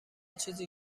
چیزی